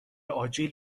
آجیل